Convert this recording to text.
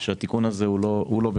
לגבי כך שהתיקון הזה הוא לא במקומו.